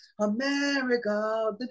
America